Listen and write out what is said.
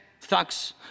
thugs